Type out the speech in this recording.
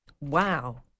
Wow